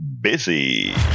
busy